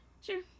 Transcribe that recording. Sure